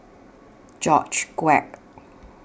George Quek